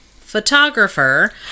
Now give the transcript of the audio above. photographer